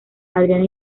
adriana